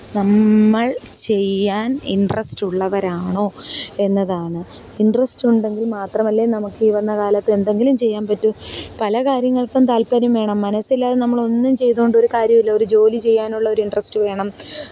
നമ്മള് ചെയ്യാന് ഇന്ട്രസ്റ്റുള്ളവരാണോ എന്നതാണ് ഇന്ട്രസ്റ്റുണ്ടെങ്കില് മാത്രമല്ലേ നമുക്കീവന്ന കാലത്തെന്തെങ്കിലും ചെയ്യാന് പറ്റൂ പല കാര്യങ്ങള്ക്കും താല്പ്പര്യം വേണം മനസ്സില്ലാതെ നമ്മളൊന്നും ചെയ്തുകൊണ്ടൊരു കാര്യവും ഇല്ല ഒരു ജോലി ചെയ്യാനുള്ള ഒരു ഇന്ട്രസ്റ്റ് വേണം